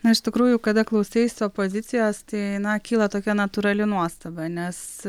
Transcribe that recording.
na iš tikrųjų kada klausais pozicijos tai na kyla tokia natūrali nuostaba nes